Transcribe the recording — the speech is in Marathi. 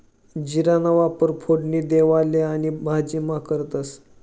जीराना वापर फोडणी देवाले आणि भाजीमा करतंस